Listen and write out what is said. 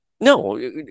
No